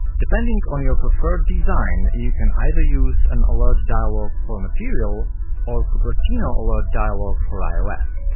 depending on your preferred design, you can either use an alertdialog for material or cupertinoalertdialog for ios.